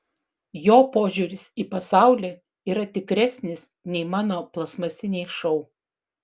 jo požiūris į pasaulį yra tikresnis nei mano plastmasiniai šou